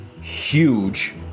huge